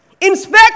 inspect